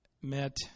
Met